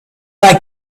they